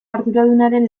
arduradunaren